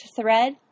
thread